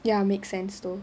ya make sense though